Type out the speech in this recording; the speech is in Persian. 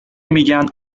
میگن